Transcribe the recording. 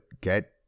get